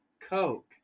Coke